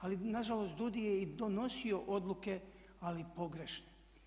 Ali nažalost DUDI je i donosio odluke ali pogrešne.